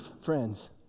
friends